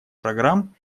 программ